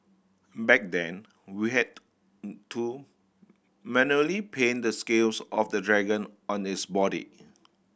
back then we had to manually paint the scales of the dragon on its body